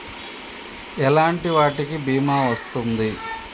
ఎలాంటి వాటికి బీమా వస్తుంది?